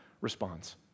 responds